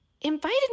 invited